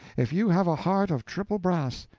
if you have a heart of triple brass,